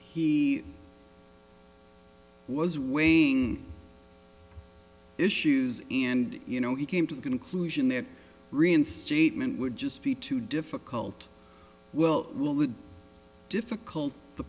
he was weighing issues and you know he came to the conclusion that reinstatement would just be too difficult well we'll the difficult the